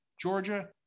Georgia